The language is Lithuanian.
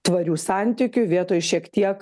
tvarių santykių vietoj šiek tiek